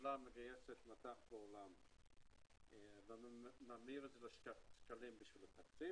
הממשלה מגייסת מט"ח בעולם וממירה את זה לשקלים בשביל התקציב